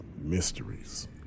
mysteries